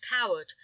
coward